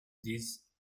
these